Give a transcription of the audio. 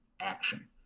action